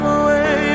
away